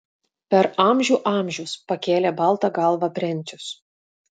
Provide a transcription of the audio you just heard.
per amžių amžius pakėlė baltą galvą brencius